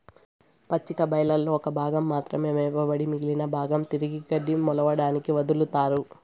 పచ్చిక బయళ్లలో ఒక భాగం మాత్రమే మేపబడి మిగిలిన భాగం తిరిగి గడ్డి మొలవడానికి వదులుతారు